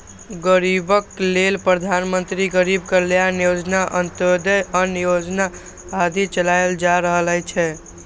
गरीबक लेल प्रधानमंत्री गरीब कल्याण योजना, अंत्योदय अन्न योजना आदि चलाएल जा रहल छै